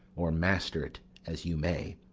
o'ermaster't as you may.